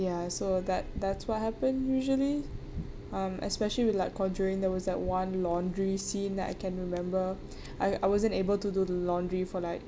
ya so that that's what happen usually um especially with like conjuring there was that one laundry scene that I can remember I I wasn't able to do the laundry for like